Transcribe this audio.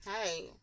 hey